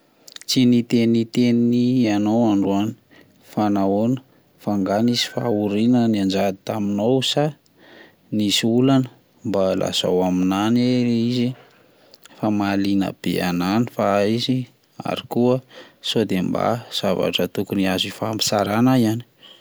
Tsy niteniteny ianao androany, fa nahoana? Fa angaha nisy fahoriana nianjady taminao sa nisy olana mba lazao aminahy anie le izy eh, fa mahalina be anahy fa izy, ary koa sody mba zavatra tokony afaka ifampizarana ihany.